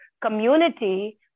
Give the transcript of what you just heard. community